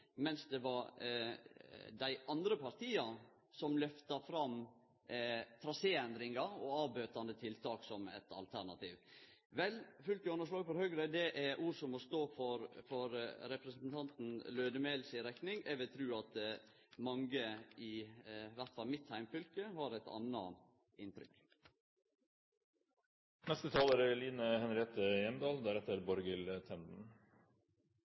mens det var dei andre partia som lyfta fram traséendringa og avbøtande tiltak som eit alternativ. Vel, fullt gjennomslag for Høgre er ord som må stå for representanten Lødemel si rekning. Eg vil tru at mange, i alle fall i mitt heimfylke, har eit anna inntrykk. Det er